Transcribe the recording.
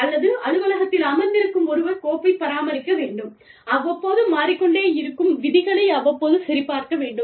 அல்லது அலுவலகத்தில் அமர்ந்திருக்கும் ஒருவர் கோப்பைப் பராமரிக்க வேண்டும் அவ்வப்போது மாறிக்கொண்டே இருக்கும் விதிகளை அவ்வப்போது சரிபார்க்க வேண்டும்